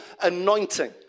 anointing